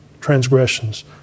transgressions